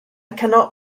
cannot